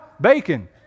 bacon